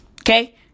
okay